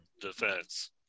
defense